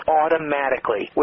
automatically